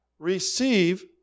Receive